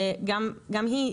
גם היא,